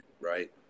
right